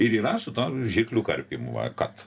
ir yra su ta žirklių karpymu va kat